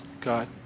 God